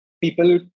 people